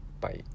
bye